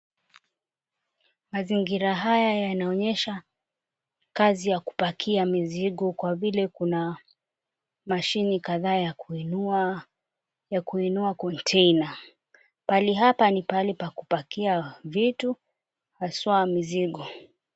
Mazingira haya yanaonyesha, kazi ya kupakia mizigo kwa vile kuna, mashini kadhaa ya kuinua ya kuinua container . Pahali hapa ni pahali pa kupakia vitu haswa mizigo.